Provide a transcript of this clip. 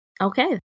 okay